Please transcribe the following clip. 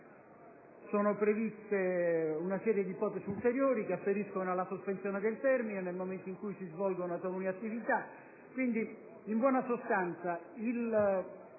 è prevista una serie di ipotesi ulteriori che afferiscono alla sospensione del termine nel momento in cui si svolgono talune attività.